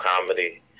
comedy